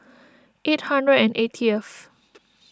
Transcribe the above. eight hundred and eightieth